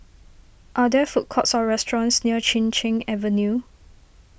are there food courts or restaurants near Chin Cheng Avenue